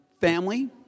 family